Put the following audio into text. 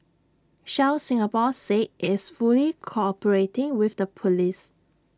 Shell Singapore said it's fully cooperating with the Police